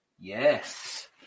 Yes